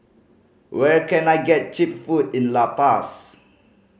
where can I get cheap food in La Paz